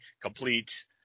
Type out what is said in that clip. complete